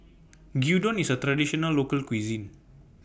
Gyudon IS A Traditional Local Cuisine